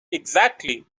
exactly